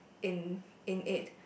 in in it